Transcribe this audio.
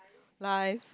life